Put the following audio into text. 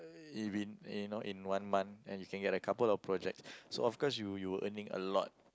it been you know in one month and you can get like couple of projects so of course you were earning a lot